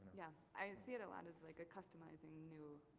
yeah i see it a lot as like a customizing new,